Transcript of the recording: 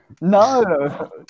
No